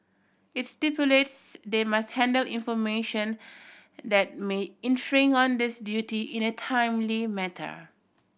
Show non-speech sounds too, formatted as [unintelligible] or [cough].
it's stipulates they must handle information that may [unintelligible] on this duty in a timely matter